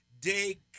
day